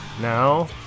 Now